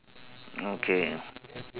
okay